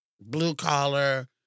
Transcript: blue-collar